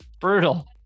Brutal